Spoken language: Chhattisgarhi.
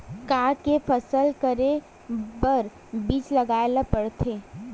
का के फसल करे बर बीज लगाए ला पड़थे?